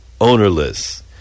ownerless